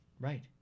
Right